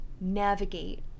navigate